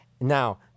Now